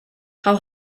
how